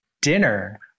Dinner